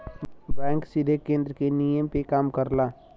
bank सीधे केन्द्र के नियम पे काम करला